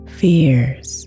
fears